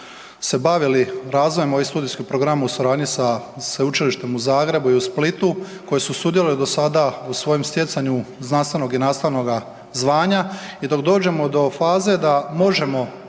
se bavili razvojem ovih studijskih programa u suradnji sa Sveučilištem u Zagrebu i u Splitu koji su sudjelovali do sada u svojem stjecanju znanstvenoga i nastavnoga znanja i dok dođemo do faze da možemo